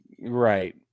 right